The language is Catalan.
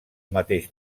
mateix